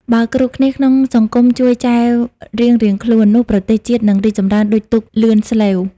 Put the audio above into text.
បើគ្រប់គ្នាក្នុងសង្គមជួយចែវរៀងៗខ្លួន នោះប្រទេសជាតិនឹងរីកចម្រើនដូចទូកលឿនស្លេវ។